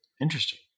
Interesting